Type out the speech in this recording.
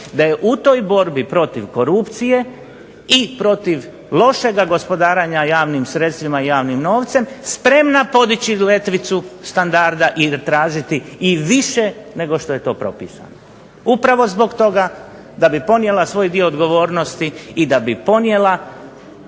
da je u toj borbi protiv korupcije i protiv lošega gospodarenja javnih sredstvima i javnim novcem spremna podići letvicu standarda i tražiti i više nego što je to propisano upravo zbog toga da bi ponijela svoj dio odgovornosti i da bi ponijela